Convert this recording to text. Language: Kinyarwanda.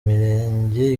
mirenge